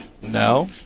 No